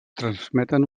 transmeten